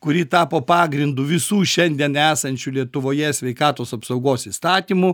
kuri tapo pagrindu visų šiandien esančių lietuvoje sveikatos apsaugos įstatymų